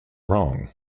wrong